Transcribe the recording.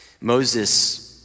Moses